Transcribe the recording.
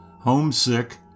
Homesick